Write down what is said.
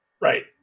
Right